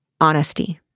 honesty